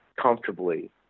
comfortably